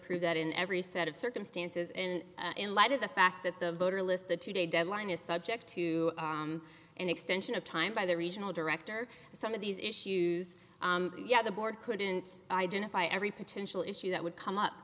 prove that in every set of circumstances and in light of the fact that the voter list the two day deadline is subject to an extension of time by the regional director for some of these issues yet the board couldn't identify every potential issue that would come